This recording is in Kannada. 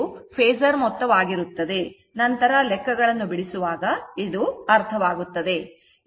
ಇದು ಫೇಸರ್ ಮೊತ್ತವಾಗಿರುತ್ತದೆ ನಂತರ ಲೆಕ್ಕಗಳನ್ನು ಬಿಡಿಸುವಾಗ ಅರ್ಥವಾಗುತ್ತದೆ